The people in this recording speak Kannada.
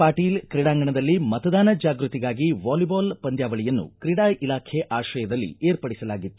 ಪಾಟೀಲ ಕ್ರೀಡಾಂಗಣದಲ್ಲಿ ಮತದಾನ ಜಾಗೃತಿಗಾಗಿ ವ್ಹಾಲಿಬಾಲ್ ಪಂದ್ಯಾವಳಿಯನ್ನು ಕ್ರೀಡಾ ಇಲಾಖೆ ಆಕ್ರಯದಲ್ಲಿ ಏರ್ಪಡಿಸಲಾಗಿತ್ತು